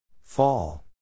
Fall